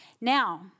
Now